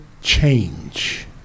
Change